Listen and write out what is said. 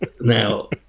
Now